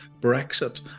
Brexit